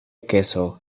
queso